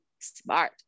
smart